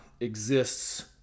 exists